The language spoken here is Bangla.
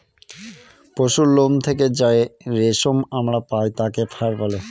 পশুরলোম থেকে যে রেশম আমরা পায় তাকে ফার বলে